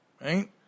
right